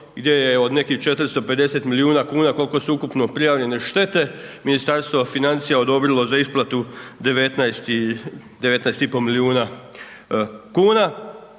gdje je od nekih 450 milijuna kn, koliko su ukupno prijavljene štete, Ministarstvo financija odobrilo za isplatu 19,5 milijuna kuna,